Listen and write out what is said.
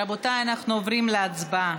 רבותיי, אנחנו עוברים להצבעה.